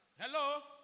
hello